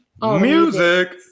Music